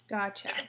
Gotcha